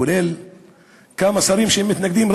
כולל כמה שרים שמתנגדים,